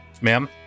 ma'am